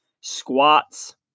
squats